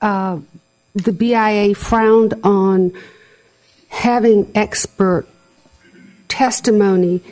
the b i e frowned on having expert testimony